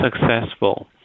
successful